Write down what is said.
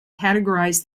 categorize